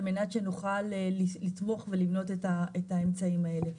מנת שנוכל לתמוך ולבנות את האמצעים האלה.